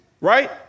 right